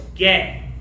Get